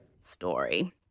story